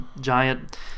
giant